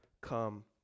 come